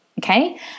Okay